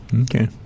Okay